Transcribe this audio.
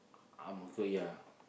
Ang-Mo-Kio yeah